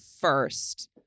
first